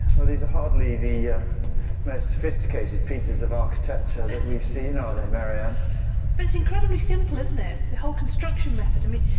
these are hardly the most sophisticated pieces of architecture that we've seen are they, marianne? but it's incredibly simple isn't it, the whole construction method, i mean,